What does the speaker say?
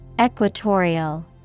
Equatorial